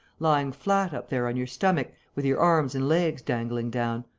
lying flat up there on your stomach, with your arms and legs dangling down!